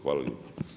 Hvala lijepo.